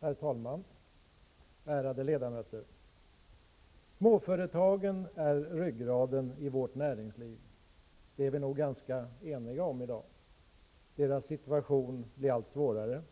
Herr talman, ärade ledamöter! Småföretagen är ryggraden i vårt näringsliv, det är vi nog ganska eniga om i dag. Deras situation blir allt svårare,